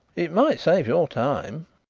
it might save your time.